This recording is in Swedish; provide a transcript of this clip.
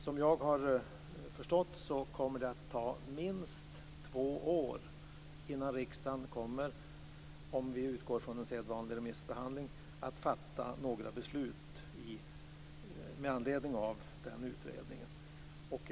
Som jag har förstått kommer det att ta minst två år, om vi utgår från sedvanlig remissbehandling, innan riksdagen kommer att fatta några beslut med anledning av utredningen.